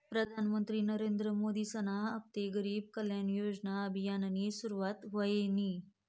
प्रधानमंत्री नरेंद्र मोदीसना हस्ते गरीब कल्याण योजना अभियाननी सुरुवात व्हयनी